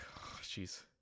Jeez